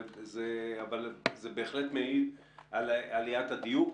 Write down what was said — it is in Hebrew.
אבל זה בהחלט מעיד על עליית הדיוק.